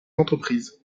entreprises